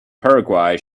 paraguay